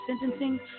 sentencing